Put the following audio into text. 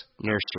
Nursery